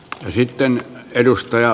yhtiön edustaja